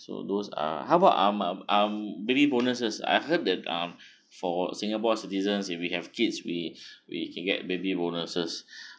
so those are how about um um baby bonuses I heard that uh for singapore citizens if we have kids we we can get baby bonuses